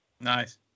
Nice